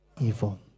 Evil